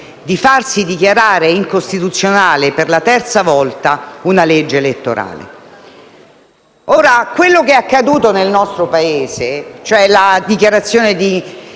di farsi dichiarare incostituzionale per la terza volta una legge elettorale. Ciò che è accaduto nel nostro Paese, ovvero la dichiarazione di